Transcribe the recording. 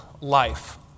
life